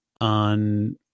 on